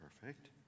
Perfect